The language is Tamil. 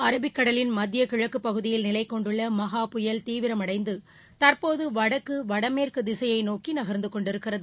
அரபிக்கடலின் மத்தியக்கிழக்குப் பகுதியில் நிலைகொண்டுள்ள மஹா புயல் தீவிரமடைந்து தற்போது வடக்கு வடமேற்கு திசையை நோக்கி நக்ந்து கொண்டிருக்கிறது